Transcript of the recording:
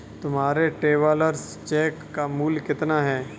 तुम्हारे travellers cheque का मूल्य कितना है?